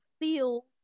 feel